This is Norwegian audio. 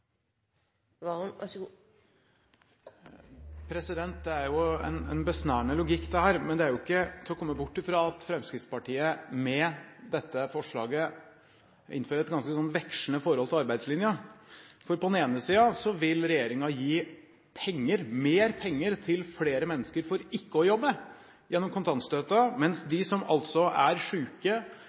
er jo en besnærende logikk, men det er ikke til å komme bort ifra at Fremskrittspartiet med dette forslaget innfører et ganske vekslende forhold til arbeidslinjen. På den ene siden vil regjeringen gi mer penger til flere mennesker for ikke å jobbe, gjennom kontantstøtten, mens de som er sjuke